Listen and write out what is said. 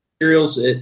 Materials